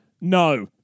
No